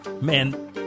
Man